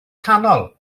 canol